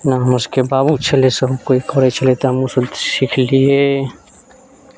जेना हमरा सबके बाबे छलै सब कोइ करै छलै तऽ हमहुँ सब सीखलियै